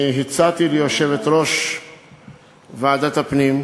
אני הצעתי ליושבת-ראש ועדת הפנים,